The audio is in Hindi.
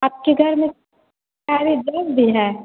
आपके घर में सारे वृद्ध हैं